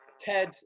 Ted